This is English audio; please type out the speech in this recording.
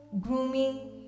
grooming